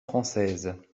française